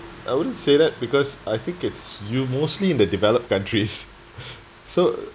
I wouldn't say that because I think it's you mostly in the developed countries so